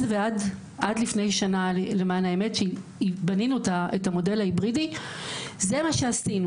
ועד לפני שנה שבנינו את המודל ההיברידי זה מה שעשינו.